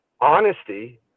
honesty